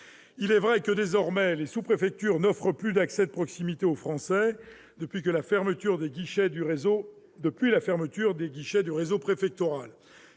Il est vrai que, désormais, les sous-préfectures n'offrent plus d'accès de proximité aux Français depuis la fermeture des guichets du réseau préfectoral.